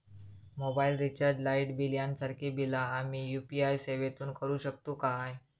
Mobile recharge, light bill यांसारखी बिला आम्ही यू.पी.आय सेवेतून करू शकतू काय?